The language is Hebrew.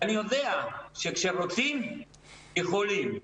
אני יודע שכשרוצים יכולים.